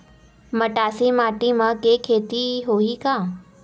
मटासी माटी म के खेती होही का?